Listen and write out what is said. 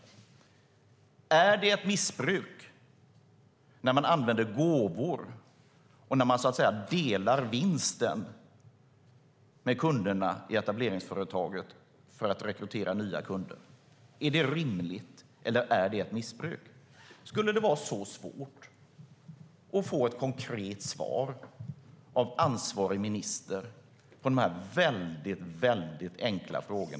Är det ett missbruk när man använder gåvor och delar vinsten med kunderna i etableringsföretaget för att rekrytera nya kunder? Är det rimligt, eller är det ett missbruk? Kan det vara så svårt att få ett konkret svar av ansvarig minister på dessa enkla frågor?